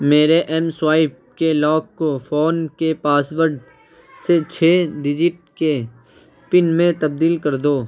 میرے ایم سوائیپ کے لاک کو فون کے پاس ورڈ سے چھ ڈجٹ کے پن میں تبدیل کر دو